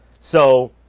so